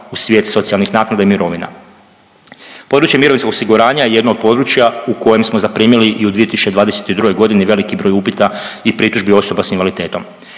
u svijet socijalnih naknada i mirovina. Područje mirovinskog osiguranja je jedno od područja u kojem smo zaprimili i u 2022. godini veliki broj upita i pritužbi osoba s invaliditetom.